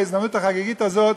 בהזדמנות החגיגית הזאת,